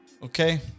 Okay